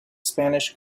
spanish